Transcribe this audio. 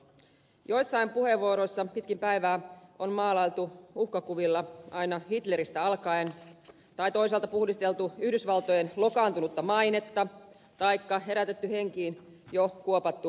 joissain puheenvuoroissa pitkin päivää on maalailtu uhkakuvia aina hitleristä alkaen tai toisaalta puhdisteltu yhdysvaltojen lokaantunutta mainetta taikka herätetty henkiin jo kuopattu neuvostoliitto